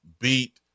beat